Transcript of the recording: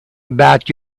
about